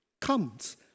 comes